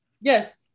Yes